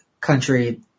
country